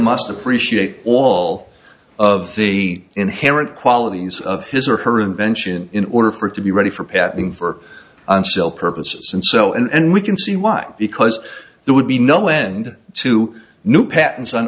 must appreciate all of the inherent qualities of his or her invention in order for it to be ready for packing for purposes and so and we can see why because there would be no end to new patents on